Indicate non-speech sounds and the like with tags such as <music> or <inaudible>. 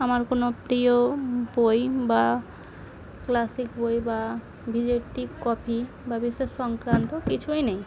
আমার কোনো প্রিয় বই বা ক্লাসিক বই বা <unintelligible> কপি বা বিশেষ সংক্রান্ত কিছুই নেই